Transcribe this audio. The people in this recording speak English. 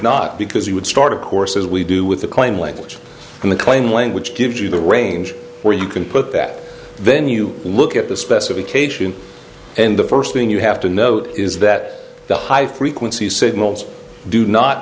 not because you would start of course as we do with the claim language and the claim language gives you the range where you can put that then you look at the specification and the first thing you have to note is that the high frequency signals do not